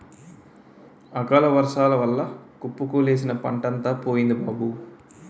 అకాలవర్సాల వల్ల కుప్పలేసిన పంటంతా పోయింది బాబూ